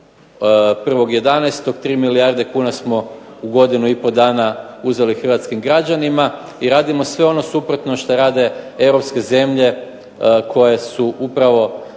1.11. 3 milijarde kuna smo uzeli u godinu i pol hrvatskim građanima i radimo sve ono suprotno što rade europske zemlje koje su dale